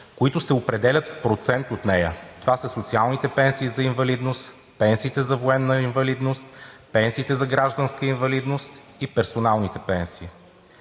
които се определят в процент от нея. Това са социалните пенсии за инвалидност, пенсиите за военна инвалидност, пенсиите за гражданска инвалидност и персоналните пенсии.